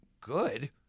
Good